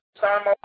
time